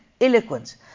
eloquence